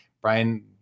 Brian